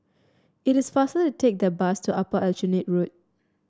it is faster to take the bus to Upper Aljunied Road